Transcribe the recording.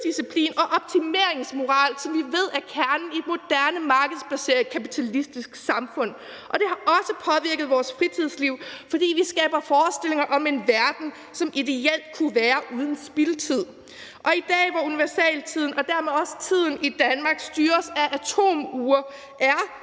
og optimeringsmoral, som vi ved er kernen i et moderne markedsbaseret, kapitalistisk samfund. Og det har også påvirket vores fritidsliv, fordi vi skaber forestillinger om en verden, som ideelt kunne være uden spildtid. I dag, hvor universaltid og dermed også tiden i Danmark styres af atomure, er